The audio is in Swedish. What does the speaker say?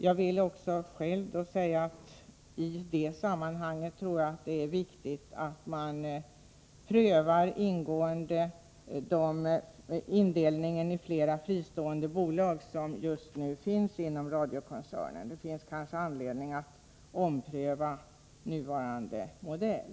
Jag vill också själv säga att jag i det sammanhanget tror att det är viktigt att man ingående prövar indelningen i flera fristående bolag, som just nu finns inom radiokoncernen. Det finns kanske anledning att ompröva nuvarande modell.